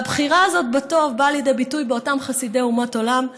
והבחירה הזאת בטוב באה לידי ביטוי באותם חסידי אומות עולם,